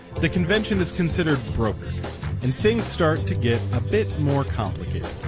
the convention is considered brokered and things start to get a bit more complicated.